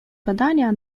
badania